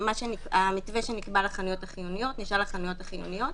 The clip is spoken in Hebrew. המתווה שנקבע לחנויות החיוניות נשאר לחנויות החיוניות.